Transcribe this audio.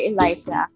Eliza